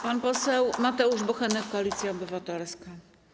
Pan poseł Mateusz Bochenek, Koalicja Obywatelska.